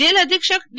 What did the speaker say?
jail અધિક્ષક D